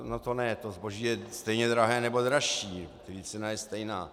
No to ne, to zboží je stejně drahé nebo dražší, cena je stejná.